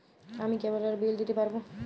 আমি কেবলের বিল দিতে পারবো?